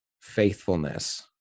faithfulness